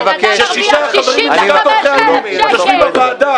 ששישה חברים מלשכת עורכי הדין נכנסו לוועדה.